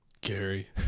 Gary